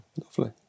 lovely